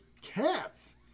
cats